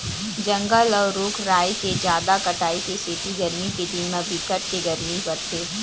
जंगल अउ रूख राई के जादा कटाई के सेती गरमी के दिन म बिकट के गरमी परथे